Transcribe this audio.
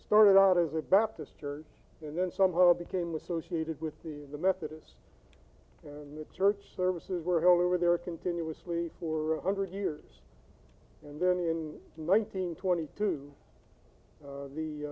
started out as a baptist church and then somehow became associated with the the methodist church services were held over there are continuously for a hundred years and then in nineteen twenty two